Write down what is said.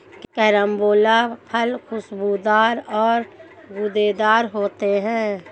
carambola फल खुशबूदार और गूदेदार होते है